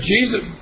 Jesus